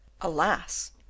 Alas